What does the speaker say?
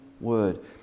word